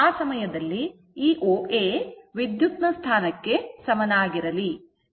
ಆ ಸಮಯದಲ್ಲಿ ಈ OA ವಿದ್ಯುತ್ ನ ಸ್ಥಾನಕ್ಕೆ ಸಮನಾಗಿರಲಿ